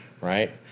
right